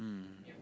mm